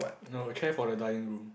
no a chair for the dining room